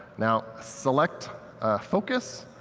now, select focus,